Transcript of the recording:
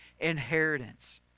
inheritance